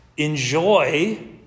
enjoy